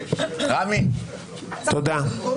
תודה.